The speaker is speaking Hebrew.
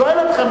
שואל אתכם,